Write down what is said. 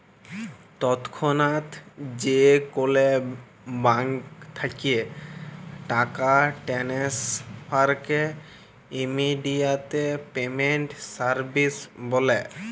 তৎক্ষনাৎ যে কোলো ব্যাংক থ্যাকে টাকা টেনেসফারকে ইমেডিয়াতে পেমেন্ট সার্ভিস ব্যলে